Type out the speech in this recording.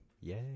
Yay